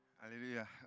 Hallelujah